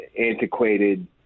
antiquated